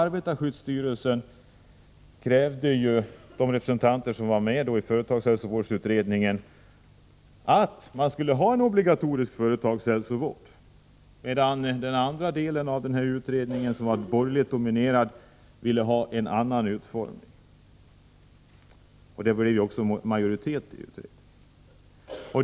redningen krävde att det skulle inrättas en obligatorisk företagshälsovård, medan majoriteten i utredningen, som var borgerligt dominerad, ville ha en annan utformning.